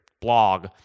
blog